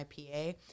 IPA